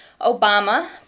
Obama